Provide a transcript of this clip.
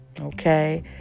Okay